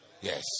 Yes